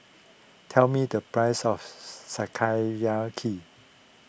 tell me the price of